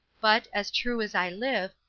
but, as true as i live,